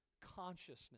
consciousness